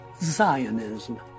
Zionism